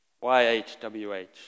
Y-H-W-H